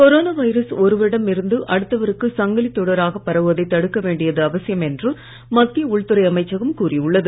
corona virus ஒருவரிடம் இருந்து அடுத்தவருக்கு சங்கிலித் தொடராக பரவுவதை தடுக்க வேண்டியது அவசியம் என்று மத்திய உள்துறை அமைச்சகம் கூறியுள்ளது